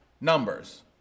numbers